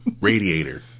radiator